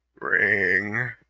Ring